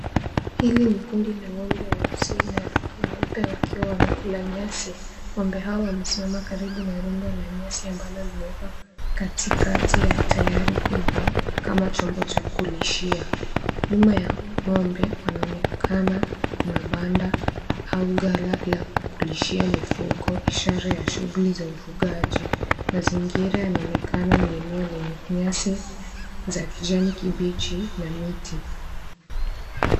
Hili ni kundi la ng'ombe weusi na weupe wakiwa wanakula nyasi. Ng'ombe hao wamesimama karibu na rundo la nyasi ambalo limewekwa katikati ya tairi kubwa kama chombo cha kuliishia. Nyuma ya ng'ombe, panaonekana kuna banda au ghala la kulishia mifugo ,ishara ya shughuli za ufugaji. Mazingira yanaonekana ni eneo lenye nyasi za kijani kibichi na miti.